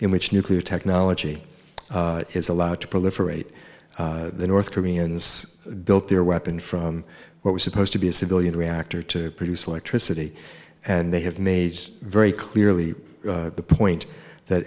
in which nuclear technology is allowed to proliferate the north koreans built their weapon from what was supposed to be a civilian reactor to produce electricity and they have made very clearly the point that